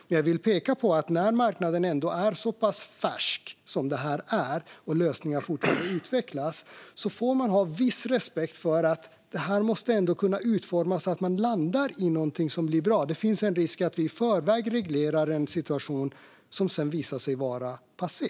Men jag vill peka på att man, när marknaden är så pass färsk som den är och när lösningar fortfarande utvecklas, får ha viss respekt för att detta måste kunna utformas så att man landar i något som blir bra. Det finns en risk att vi i förväg reglerar en situation som sedan visar sig vara passé.